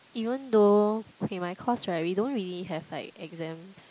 even though okay my course right we don't really have like exams